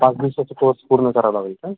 पाच दिवसांचा कोर्स पूर्ण करावा लागेल का